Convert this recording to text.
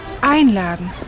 Einladen